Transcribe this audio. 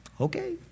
Okay